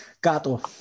Gato